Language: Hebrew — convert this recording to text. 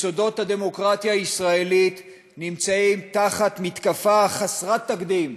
יסודות הדמוקרטיה הישראלית נמצאים תחת מתקפה חסרת תקדים